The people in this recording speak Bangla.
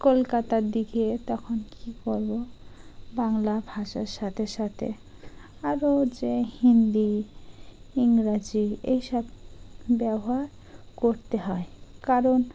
কলকাতার দিকে তখন কী করবো বাংলা ভাষার সাথে সাথে আরও যে হিন্দি ইংরাজি এইসব ব্যবহার করতে হয় কারণ